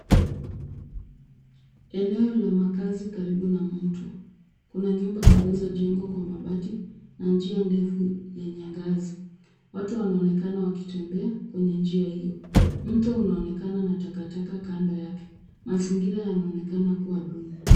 Eneo la makaazi karibu mto. Kuna nyumba zilizojengwa kwa mabati na njia ndefu yenye ngazi. Watu wanaonekana wakitembea kwenye njia hiyo. Mto unaonekana na takakata kando yake. Mazingira yanaonekana kuwa duni.